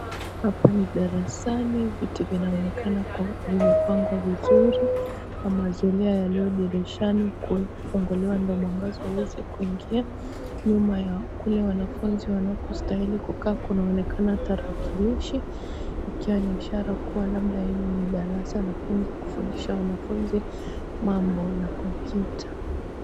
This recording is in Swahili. Hapa ni darasani viti vinaonekana kuwa vimepangwa vizuri, na mazulia yaliyo dirishani huku yamefunguliwa ndo mwangaza uweze kuingia. Nyuma ya kule wanafunzi wanakostahili kukaa kunaonekana tarakilishi ikiwa ni ishara kuwa labda hii ni darasa la kwanza kufundisha wanafunzi mambo na kompyuta.